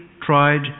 tried